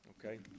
Okay